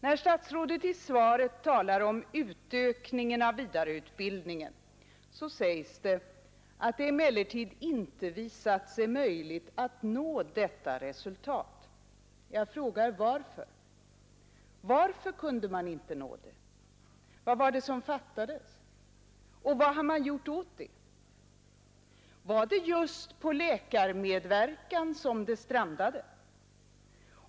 När statsrådet i svaret talar om utökningen av vidareutbildningen heter det att det emellertid inte visat sig möjligt att nå det åsyftade resultatet. Jag frågar varför. Varför kunde man inte nå det? Vad var det som fattades? Och vad har man gjort åt det? Var det just på läkarmedverkan som det strandade?